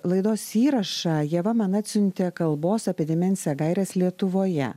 laidos įrašą ieva man atsiuntė kalbos apie demenciją gaires lietuvoje